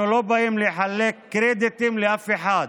אנחנו לא באים לחלק קרדיטים לאף אחד,